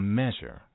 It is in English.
measure